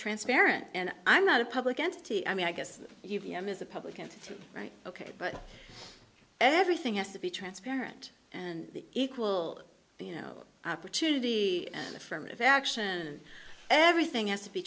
transparent and i'm not a public entity i mean i guess you v m is a public and right ok but everything has to be transparent and equal you know opportunity and affirmative action everything has to be